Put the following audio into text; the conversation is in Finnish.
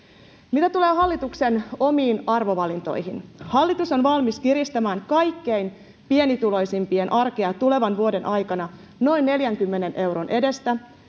mitä tulee hallituksen omiin arvovalintoihin hallitus on valmis kiristämään kaikkein pienituloisimpien arkea tulevan vuoden aikana noin neljänkymmenen euron edestä